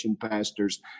pastors